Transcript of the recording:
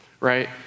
right